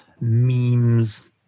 memes